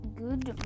good